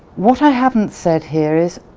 what i haven't said here is,